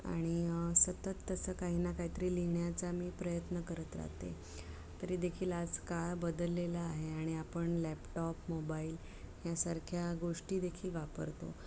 आणि सतत तसं काही ना काहीतरी लिहिण्याचा मी प्रयत्न करत राहते तरी देखील आज काळ बदललेलं आहे आणि आपण लॅपटॉप मोबाईल ह्यासारख्या गोष्टी देखील वापरतो